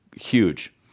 huge